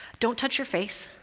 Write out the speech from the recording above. don't touch your face.